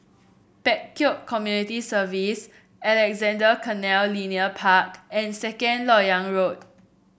Pek Kio Community Centre Alexandra Canal Linear Park and Second LoK Yang Road